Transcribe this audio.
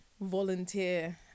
volunteer